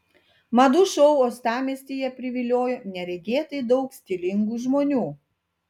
madų šou uostamiestyje priviliojo neregėtai daug stilingų žmonių